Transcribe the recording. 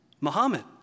Muhammad